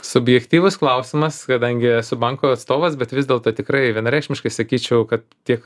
subjektyvus klausimas kadangi esu banko atstovas bet vis dėlto tikrai vienareikšmiškai sakyčiau kad tiek